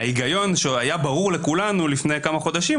היגיון שהיה ברור לכולנו לפני כמה חודשים,